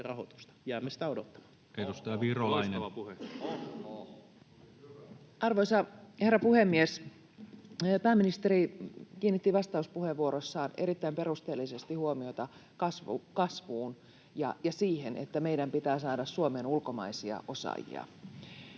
Jäämme sitä odottamaan.